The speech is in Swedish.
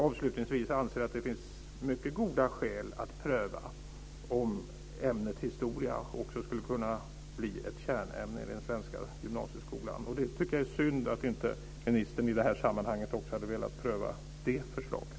Avslutningsvis anser jag att det finns mycket goda skäl att pröva om ämnet historia också skulle kunna bli ett kärnämne i den svenska gymnasieskolan. Jag tycker att det är synd att ministern inte i det här sammanhanget också vill pröva det förslaget.